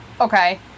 Okay